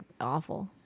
awful